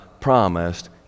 promised